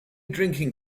drinking